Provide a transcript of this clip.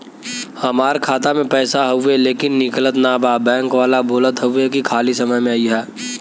हमार खाता में पैसा हवुवे लेकिन निकलत ना बा बैंक वाला बोलत हऊवे की खाली समय में अईहा